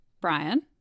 Brian